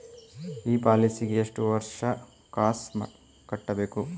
ಈ ಪಾಲಿಸಿಗೆ ಎಷ್ಟು ವರ್ಷ ಕಾಸ್ ಕಟ್ಟಬೇಕು?